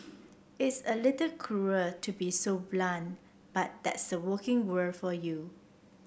it's a little cruel to be so blunt but that's the working world for you